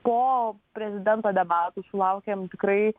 po prezidento debatų sulaukėm tikrai